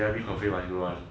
jeremy cafe must you run